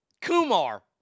Kumar